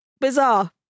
Bizarre